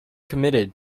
committed